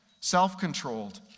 self-controlled